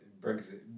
Brexit